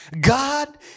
God